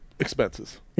Expenses